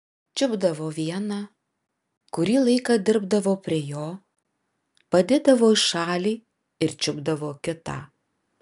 čiupdavo vieną kurį laiką dirbdavo prie jo padėdavo į šalį ir čiupdavo kitą